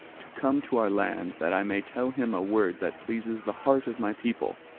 to come to our land that i may tell him a word that pleases the heart of my people,